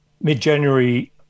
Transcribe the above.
mid-January